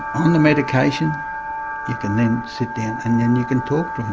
on the medication you can then sit down and then you can talk